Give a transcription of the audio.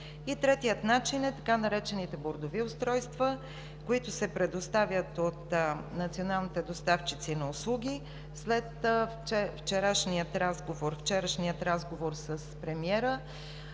третият начин е с така наречените бордови устройства, които се предоставят от националните доставчици на услуги. След вчерашния разговор с премиера